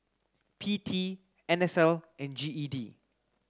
P T N S L and G E D